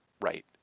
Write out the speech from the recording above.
right